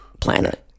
planet